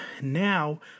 now